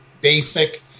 basic